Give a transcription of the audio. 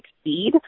succeed